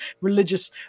religious